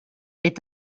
est